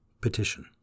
Petition